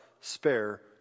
spare